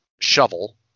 shovel